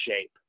shape